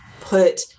put